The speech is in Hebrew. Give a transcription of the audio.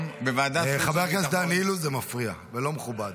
--- חבר הכנסת דן אילוז, זה מפריע ולא מכובד.